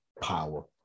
power